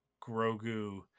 Grogu